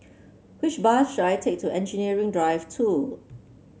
which bus should I take to Engineering Drive Two